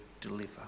deliver